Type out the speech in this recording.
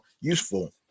useful